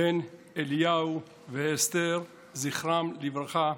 בן אליהו ואסתר זכרם לברכה,